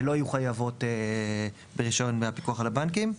לא יהיו חייבות ברישיון מהפיקוח על הבנקים.